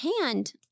hand